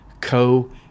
co